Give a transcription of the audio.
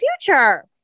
future